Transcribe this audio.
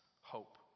hope